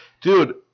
dude